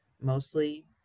mostly